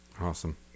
Awesome